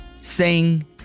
Sing